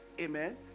Amen